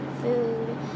food